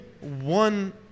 one